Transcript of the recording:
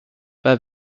pas